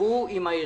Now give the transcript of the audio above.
תשבו עם העירייה.